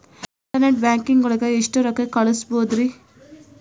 Internet banking ಒಳಗೆ ಎಷ್ಟ್ ರೊಕ್ಕ ಕಲ್ಸ್ಬೋದ್ ರಿ?